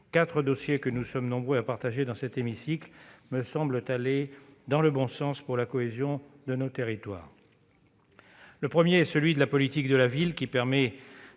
Quatre dossiers que nous sommes nombreux à partager dans cet hémicycle me semblent aller dans le bon sens en matière de cohésion de nos territoires. Le premier est celui de la politique de la ville, qui favorise